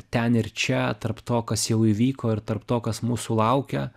ten ir čia tarp to kas jau įvyko ir tarp to kas mūsų laukia